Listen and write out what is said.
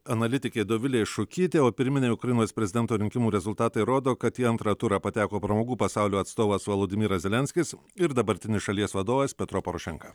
analitikė dovilė šukytė o pirminiai ukrainos prezidento rinkimų rezultatai rodo kad į antrą turą pateko pramogų pasaulio atstovas vladimiras zelenskis ir dabartinis šalies vadovas petro porošenka